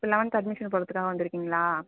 இப்போ eleventh admission போடுகிறதுக்காக வந்துருக்கிங்களா